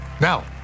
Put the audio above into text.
Now